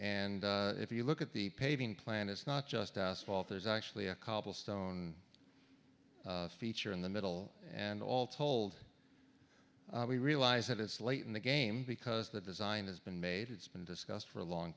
and if you look at the paving plan it's not just asphalt there's actually a cobblestone feature in the middle and all told we realize that it's late in the game because the design has been made it's been discussed for a long